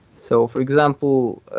so for example,